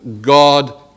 God